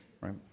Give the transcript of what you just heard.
right